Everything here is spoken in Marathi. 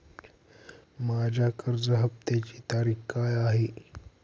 माझ्या कर्ज हफ्त्याची तारीख काय आहे?